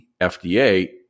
FDA